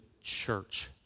church